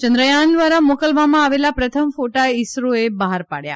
ચંદ્રયાન દ્વારા મોકલવામાં આવેલા પ્રથમ ફોટા ઈસરોએ બહાર પાડયા